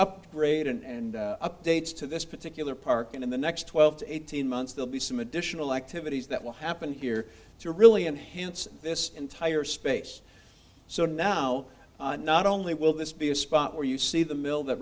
upgrade and updates to this particular park and in the next twelve to eighteen months they'll be some additional activities that will happen here to really enhance this entire space so now not only will this be a spot where you see the mill that